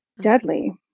deadly